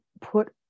put